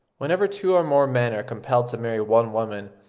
whenever two or more men are compelled to marry one woman,